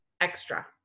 extra